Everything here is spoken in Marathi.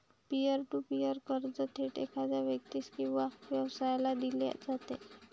पियर टू पीअर कर्ज थेट एखाद्या व्यक्तीस किंवा व्यवसायाला दिले जाते